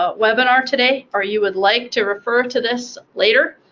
ah webinar today, or you would like to refer to this later,